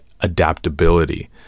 adaptability